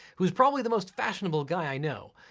who's probably the most fashionable guy i know.